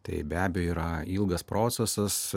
tai be abejo yra ilgas procesas